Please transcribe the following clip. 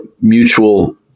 mutual